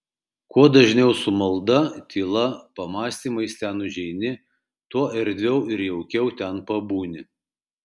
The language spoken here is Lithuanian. kuo dažniau su malda tyla pamąstymais ten užeini tuo erdviau ir jaukiau ten pabūni